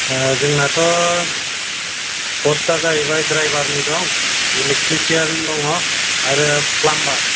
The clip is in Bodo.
ओ जोंनाथ' पस्ता जायैबाय ड्राइभारनि दं इलेक्ट्रिसियाननि दं आरो प्लामबार